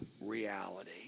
reality